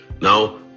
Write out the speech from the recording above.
Now